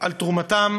על תרומתם